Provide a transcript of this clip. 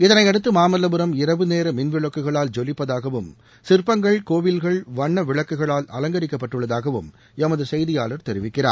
இதனையடுத்து மாமல்லபுரம் இரவு நேர மின் விளக்குகளால் ஜொலிப்பதாகவும் சிற்பங்கள் கோவில்கள் வண்ண விளக்குகளால் அலங்கரிக்கப்பட்டுள்ளதாகவும் எமது செய்தியாளா் தெரிவிக்கிறாா்